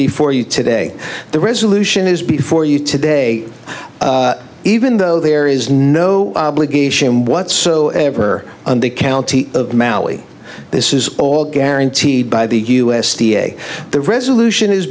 before you today the resolution is before you today even though there is no obligation whatsoever on the county of mally this is all guaranteed by the u s d a the resolution is